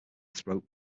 throat